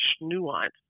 nuance